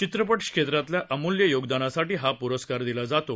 चित्रपट क्षेत्रातल्या अमूल्य योगदानासाठी हा प्रस्कार दिला जातो